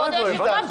כבוד היושב-ראש,